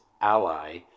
ally